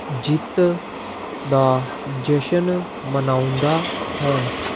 ਜਿੱਤ ਦਾ ਜਸ਼ਨ ਮਨਾਉਂਦਾ ਹੈ